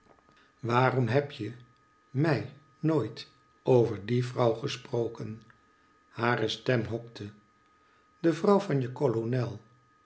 waarom heb je mij nooit over die vrouw gesproken hare stem hokte de vrouw vanje kolonel